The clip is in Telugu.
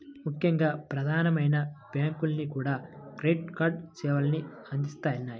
ముఖ్యంగా ప్రధానమైన బ్యాంకులన్నీ కూడా క్రెడిట్ కార్డు సేవల్ని అందిత్తన్నాయి